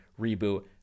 reboot